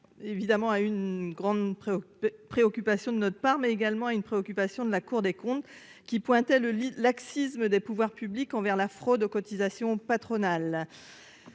évidemment à une grande préoccupation de notre part, mais également à une préoccupation de la Cour des comptes qui pointait le laxisme des pouvoirs publics envers la fraude aux cotisations patronales,